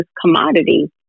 commodity